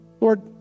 Lord